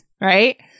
right